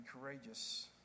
courageous